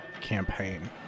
campaign